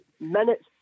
minutes